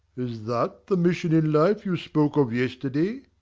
is that the mission in life you spoke of yesterday?